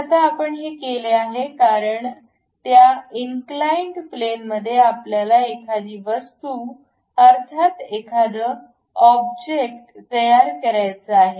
आता आपण हे केले आहे कारण त्या इन क्लाइंट प्लेनमध्ये आपल्याला एखादी वस्तू अर्थात एखादं ऑब्जेक्ट तयार करायचा आहे